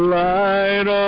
light